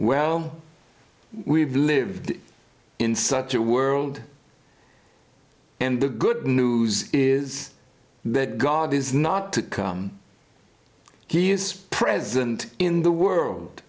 well we've lived in such a world and the good news is that god is not to come he is present in the world